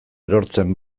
erortzen